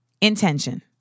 Intention